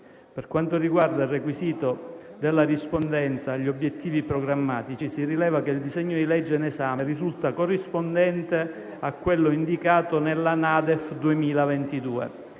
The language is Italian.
Per quanto riguarda il requisito della rispondenza agli obiettivi programmatici, si rileva che il disegno di legge in esame risulta corrispondente a quello indicato nella NADEF 2022.